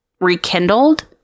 rekindled